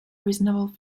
reasonable